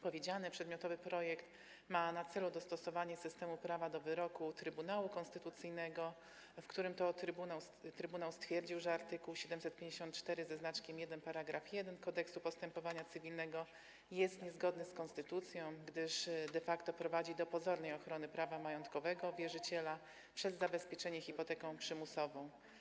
powiedziane, przedmiotowy projekt ma na celu dostosowanie systemu prawa do wyroku Trybunału Konstytucyjnego, w którym trybunał stwierdził, że art. 754 § 1 Kodeksu postępowania cywilnego jest niezgodny z konstytucją, gdyż de facto prowadzi do pozornej ochrony prawa majątkowego wierzyciela przez zabezpieczenie hipoteką przymusową.